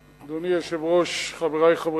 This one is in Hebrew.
אדוני היושב-ראש, חברי חברי הכנסת,